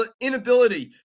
inability